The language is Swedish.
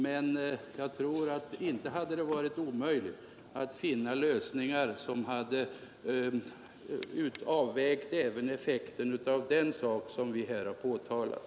Men jag tror att det inte hade varit omöjligt att finna lösningar som hade beaktat effekten av den sak som vi här har påtalat.